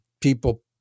people